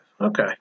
Okay